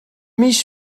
mis